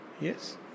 Yes